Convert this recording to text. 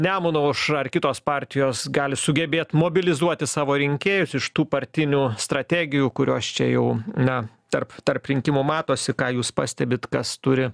nemuno aušra ar kitos partijos gali sugebėt mobilizuoti savo rinkėjus iš tų partinių strategijų kurios čia jau na tarp tarp rinkimų matosi ką jūs pastebit kas turi